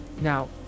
Now